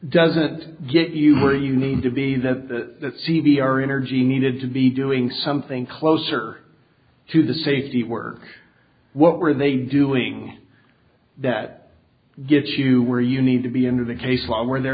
doesn't get you where you need to be that c v r energy needed to be doing something closer to the safety work what were they doing that gets you where you need to be into the case law where they're